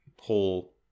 whole